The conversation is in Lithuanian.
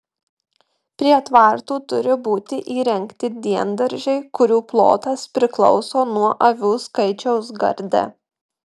prie tvartų turi būti įrengti diendaržiai kurių plotas priklauso nuo avių skaičiaus garde